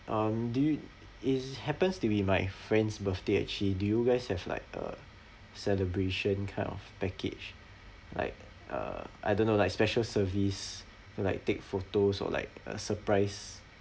um do you it happens to be my friend's birthday actually do you guys have like a celebration kind of package like uh I don't know like special service like take photos or like a surprise